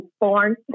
born